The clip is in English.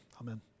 amen